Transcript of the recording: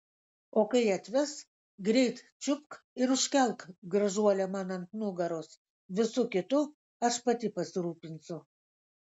o kai atves greit čiupk ir užkelk gražuolę man ant nugaros visu kitu aš pati pasirūpinsiu